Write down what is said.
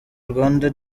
rwanda